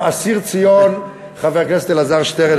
ואני חושב, גם אסיר ציון, חבר הכנסת אלעזר שטרן.